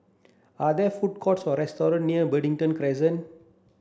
are there food courts or restaurant near Brighton Crescent